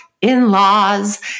in-laws